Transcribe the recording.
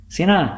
Sina